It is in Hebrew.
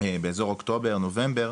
באזור אוקטובר-נובמבר,